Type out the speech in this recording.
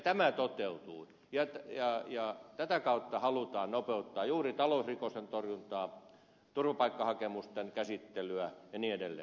tämä toteutuu ja tätä kautta halutaan nopeuttaa juuri talousrikosten torjuntaa turvapaikkahakemusten käsittelyä ja niin edelleen